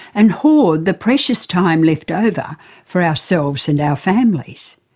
and hoard the precious time left over for ourselves and our families.